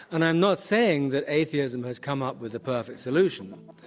and i am not saying that atheism has come up with the perfect solution.